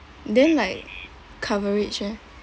then like coverage leh